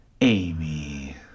Amy